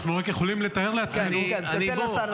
אנחנו רק יכולים לתאר לעצמנו --- תן לשר לסיים.